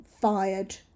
fired